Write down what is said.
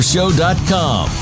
Show.com